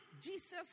Jesus